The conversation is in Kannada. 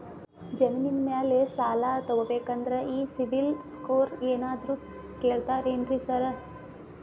ಜಮೇನಿನ ಮ್ಯಾಲೆ ಸಾಲ ತಗಬೇಕಂದ್ರೆ ಈ ಸಿಬಿಲ್ ಸ್ಕೋರ್ ಏನಾದ್ರ ಕೇಳ್ತಾರ್ ಏನ್ರಿ ಸಾರ್?